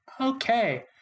Okay